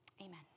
Amen